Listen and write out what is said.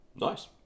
Nice